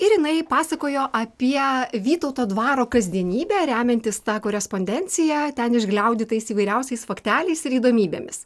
ir jinai pasakojo apie vytauto dvaro kasdienybę remiantis tą korespondencija ten išgliaudytais įvairiausiais fakteliais ir įdomybėmis